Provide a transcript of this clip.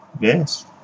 yes